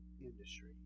industry